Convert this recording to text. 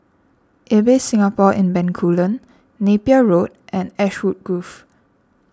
Ibis Singapore in Bencoolen Napier Road and Ashwood Grove